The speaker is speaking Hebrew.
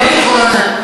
גם אני יכול לענות.